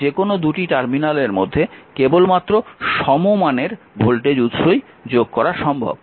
কারণ যে কোনও দুটি টার্মিনালের মধ্যে কেবলমাত্র সমমানের ভোল্টেজ উৎসই যোগ করা সম্ভব